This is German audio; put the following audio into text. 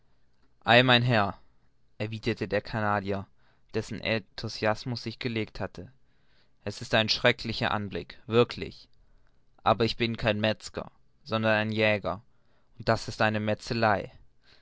ei nun mein herr erwiderte der canadier dessen enthusiasmus sich gelegt hatte es ist ein erschrecklicher anblick wirklich aber ich bin kein metzger sondern ein jäger und das ist eine metzelei